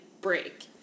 break